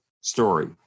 story